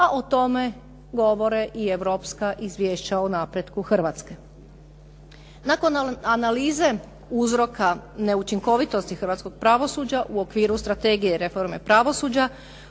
a o tome govore i europska izvješća o napretku Hrvatske. Nakon analize uzroka neučinkovitosti hrvatskog pravosuđa u okviru Strategije reforme pravosuđa